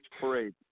parade